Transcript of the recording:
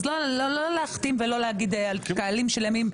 אז לא להכתים ולא להגיד על קהלים שלמים.